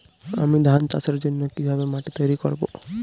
আমি ধান চাষের জন্য কি ভাবে মাটি তৈরী করব?